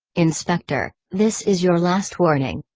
inspector, this is your last warning.